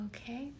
Okay